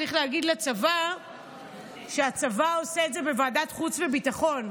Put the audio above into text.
צריך להגיד לצבא שהצבא עושה את זה בוועדת חוץ וביטחון,